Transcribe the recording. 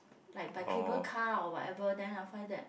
like by cable car or whatever then after that